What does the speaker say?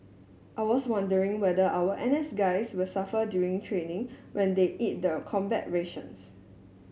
I was wondering whether our N S guys will suffer during training when they eat the combat rations